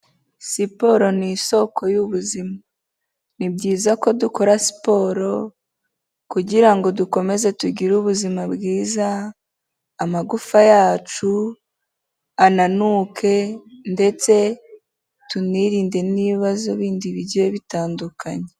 Siporo ni isoko y'ubuzima. Ni byiza ko dukora siporo kugira ngo dukomeze tugire ubuzima bwiza, amagufa yacu, ananuka ndetse tunirinde n'ibibazo bindi bigiye bitandukanye.